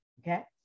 Okay